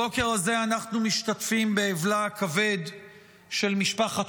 הבוקר הזה אנחנו משתתפים באבלה כבד של משפחת